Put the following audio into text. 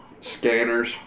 Scanners